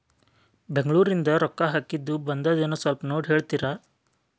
ಬೆಂಗ್ಳೂರಿಂದ ರೊಕ್ಕ ಹಾಕ್ಕಿದ್ದು ಬಂದದೇನೊ ಸ್ವಲ್ಪ ನೋಡಿ ಹೇಳ್ತೇರ?